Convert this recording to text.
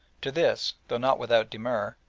to this, though not without demur,